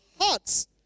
hearts